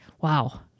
wow